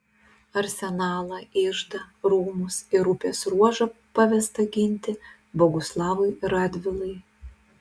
arsenalą iždą rūmus ir upės ruožą pavesta ginti boguslavui radvilai